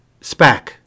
Spac